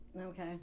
Okay